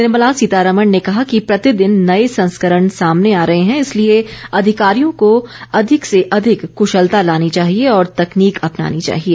निर्मला सीतारामण ने कहा कि प्रतिदिन नए संस्करण सामने आ रहे हैं इसलिए अधिकारियों को अधिक से अधिक कुशलता लानी चाहिए और तकनीक अपनानी चाहिए